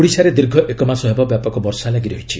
ଓଡ଼ିଶାରେ ଦୀର୍ଘ ଏକ ମାସ ହେବ ବ୍ୟାପକ ବର୍ଷା ଲାଗି ରହିଛି